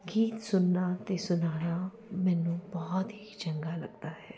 ਗੀਤ ਸੁਣਨਾ ਅਤੇ ਸੁਣਾਉਣਾ ਮੈਨੂੰ ਬਹੁਤ ਹੀ ਚੰਗਾ ਲੱਗਦਾ ਹੈ